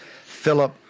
Philip